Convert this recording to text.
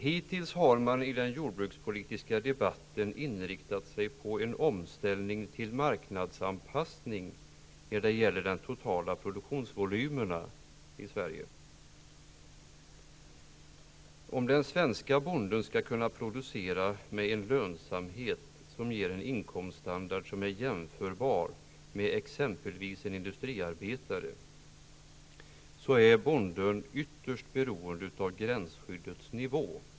Hittills har man i den jordbrukspolitiska debatten inriktat sig på en omställning till en ''marknadsanpassning'' när det gäller de totala produktionsvolymerna i Sverige. Om den svenska bonden skall kunna producera med en lönsamhet som ger en inkomststandard som är jämförbar med exempelvis en industriarbetare, är bonden ytterst beroende av gränsskyddets nivå.